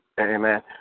amen